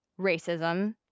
racism